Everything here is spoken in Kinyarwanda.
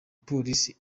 police